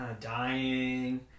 Dying